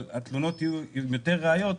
אבל התלונות יהיו עם יותר ראיות,